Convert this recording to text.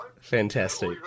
Fantastic